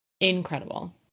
Incredible